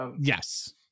Yes